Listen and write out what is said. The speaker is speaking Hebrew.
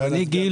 אני גיל